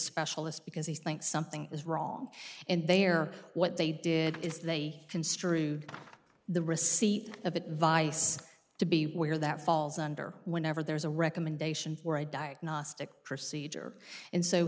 specialist because he thinks something is wrong and they are what they did is they construed the receipt of advice to be where that falls under whenever there's a recommendation for a diagnostic procedure and so